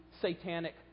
satanic